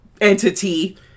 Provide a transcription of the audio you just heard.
entity